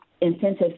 incentives